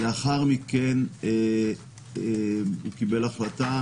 לאחר מכן הוא קיבל החלטה